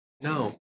no